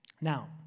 Now